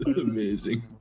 amazing